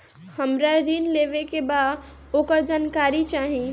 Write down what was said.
हमरा ऋण लेवे के बा वोकर जानकारी चाही